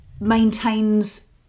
maintains